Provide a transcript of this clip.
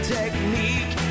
technique